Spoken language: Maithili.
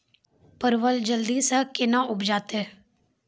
परवल जल्दी से के ना उपजाते?